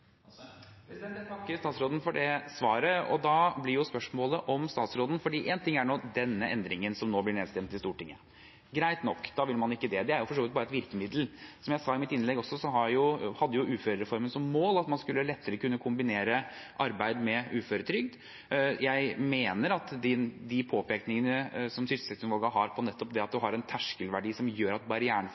Jeg takker statsråden for svaret. En ting er den endringen som nå blir nedstemt i Stortinget – greit nok, da vil man ikke det. Det er for så vidt bare et virkemiddel. Som jeg sa i mitt innlegg, hadde uførereformen som mål at man lettere skulle kunne kombinere arbeid med uføretrygd. Jeg mener at man må se på de påpekningene som sysselsettingsutvalget har til det at man har en terskelverdi som gjør at barrieren for